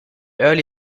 early